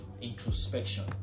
Introspection